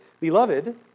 Beloved